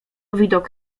widok